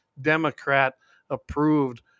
Democrat-approved